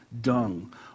dung